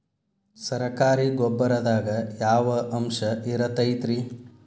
ಸರಕಾರಿ ಗೊಬ್ಬರದಾಗ ಯಾವ ಅಂಶ ಇರತೈತ್ರಿ?